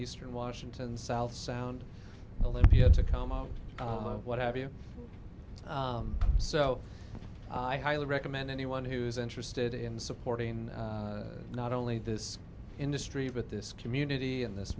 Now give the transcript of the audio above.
eastern washington south sound olympiad to come out what have you so i highly recommend anyone who's interested in supporting not only this industry with this community in this